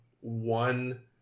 one